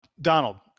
Donald